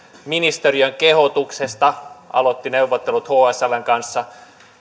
ministeriön kehotuksesta aloitti neuvottelut hsln kanssa